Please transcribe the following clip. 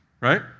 right